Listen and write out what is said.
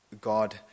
God